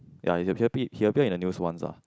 ya appear he appeared in the news once ah